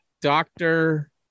Doctor